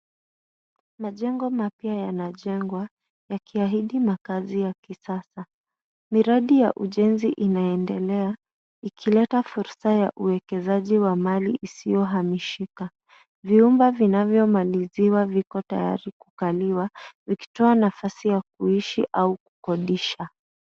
Majengo mapya yanajengwa, yakiahidi makazi ya kisasa. Miradi ya ujenzi inaendelea, ikileta fursa ya uwekezaji wa mali isiyohamishika. Vyumba vinavyomaliziwa, viko tayari kukaliwa, vikitoa nafasi ya kuishi au kukodisha.